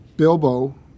Bilbo